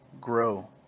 grow